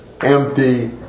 empty